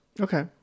Okay